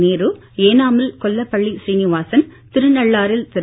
நேரு ஏனாமில் கொல்லப்பள்ளி ஸ்ரீனிவாசன் திருநள்ளாறில் திரு